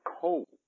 cold